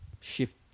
shift